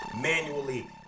manually